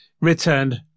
returned